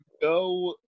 go